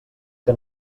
que